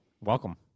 Welcome